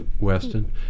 Weston